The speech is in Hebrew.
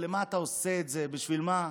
למה אתה עושה את זה, בשביל מה?